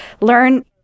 learn